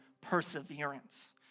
perseverance